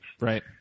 Right